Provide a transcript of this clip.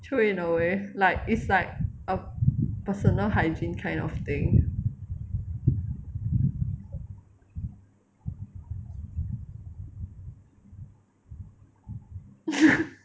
true in a way like it's like a personal hygiene kind of thing